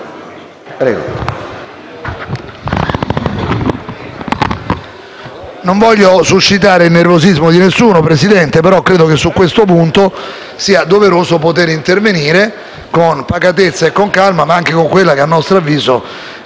non voglio suscitare il nervosismo di nessuno, ma credo che su questo punto sia doveroso poter intervenire con pacatezza e calma, ma anche con quella che, a nostro avviso, è un'oggettiva considerazione dei fatti.